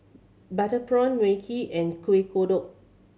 butter prawn Mui Kee and Kuih Kodok